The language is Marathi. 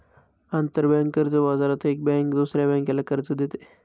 आंतरबँक कर्ज बाजारात एक बँक दुसऱ्या बँकेला कर्ज देते